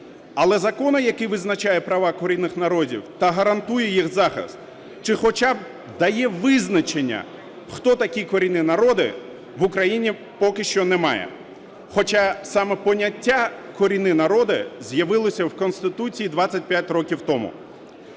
але закону який визначає права корінних народів та гарантує їх захист, чи хоча б дає визначення хто такі корінні народи, в Україні поки що немає. Хоча саме поняття "корінні народи" з'явилося в Конституції 25 років тому.